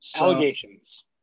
Allegations